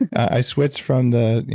i switch from the, you